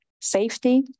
safety